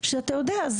שאתה יודע,